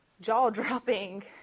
jaw-dropping